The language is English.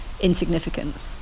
insignificance